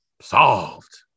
solved